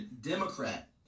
democrat